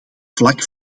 vlak